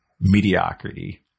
mediocrity